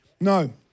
No